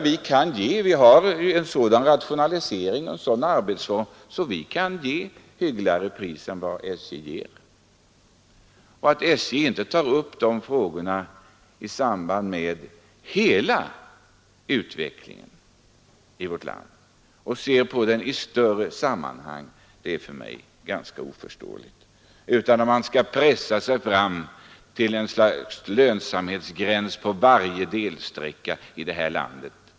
Vi har så rationaliserade arbetsformer att vi kan ge ett hyggligare pris än SJ.” Att SJ inte tar upp de här frågorna i samband med hela utvecklingen i vårt land och ser på dem i ett större sammanhang är för mig ganska oförståeligt. I stället skall man pressa sig fram till ett slags lönsamhetsgräns på varje delsträcka i landet.